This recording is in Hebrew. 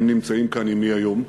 הם נמצאים כאן עמי היום,